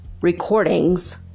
recordings